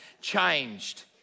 changed